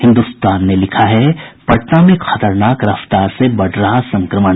हिन्दुस्तान ने लिखता है पटना में खतरनाक रफ्तार से बढ़ रहा है संक्रमण